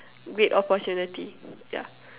great opportunity yeah